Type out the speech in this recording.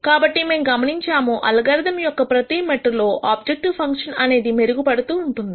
కాబట్టి మేము గమనించాము అల్గోరిథం యొక్క ప్రతి మెట్టు లో ఆబ్జెక్టివ్ ఫంక్షన్ అనేది మెరుగు పడుతూ ఉంటుంది